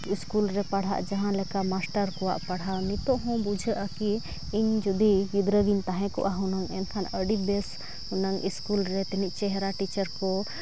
school ᱨᱮ ᱯᱟᱲᱦᱟᱜ ᱡᱟᱦᱟᱸ ᱞᱮᱠᱟ ᱢᱟᱥᱴᱟᱨ ᱠᱚᱣᱟᱜ ᱯᱟᱲᱦᱟᱣ ᱱᱤᱛᱳᱜ ᱦᱚᱸ ᱵᱩᱡᱷᱟᱹᱜᱼᱟ ᱠᱤ ᱤᱧ ᱡᱩᱫᱤ ᱜᱤᱫᱽᱨᱟᱹ ᱜᱮᱧ ᱛᱟᱦᱮᱸ ᱠᱚᱜᱼᱟ ᱦᱩᱱᱟᱹᱝ ᱮᱱᱠᱷᱟᱱ ᱟᱹᱰᱤ ᱵᱮᱥ ᱦᱩᱱᱟᱹᱝ ᱥᱠᱩᱞ ᱨᱮ ᱛᱤᱱᱟᱹᱜ ᱪᱮᱦᱨᱟ ᱴᱤᱪᱟᱨ ᱠᱚ